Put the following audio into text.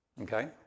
Okay